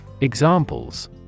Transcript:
Examples